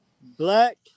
black